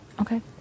Okay